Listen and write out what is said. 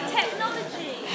technology